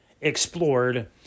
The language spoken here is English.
explored